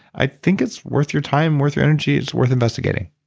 i think it's worth your time, worth your energy, it's worth investigating